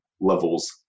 levels